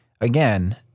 again